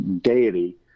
deity